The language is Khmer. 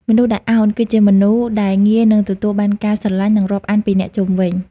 មនុស្សដែល «ឱន» គឺជាមនុស្សដែលងាយនឹងទទួលបានការស្រឡាញ់ និងរាប់អានពីអ្នកជុំវិញ។